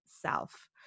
self